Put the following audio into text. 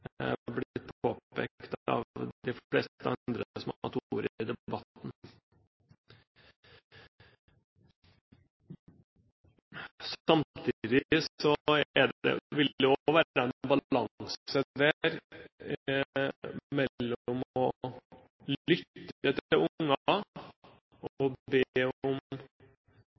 er også blitt påpekt av de fleste andre som har hatt ordet i debatten. Samtidig vil det også være en balanse mellom å lytte til unger og be om